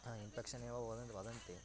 हा इन्फेक्शन् एव वदन् वदन्ति